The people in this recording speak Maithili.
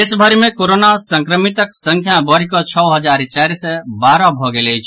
देशभरि मे कोरोना संक्रमितक संख्या बढ़ि कऽ छओ हजार चारि सय बारह भऽ गेल अछि